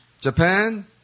Japan